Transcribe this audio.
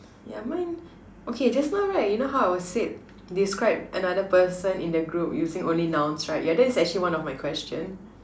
yeah mine okay just now right you know how I was said describe another person in the group using only nouns right yeah that's actually one of my questions